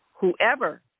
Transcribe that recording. whoever